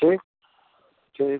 ठीक ठीक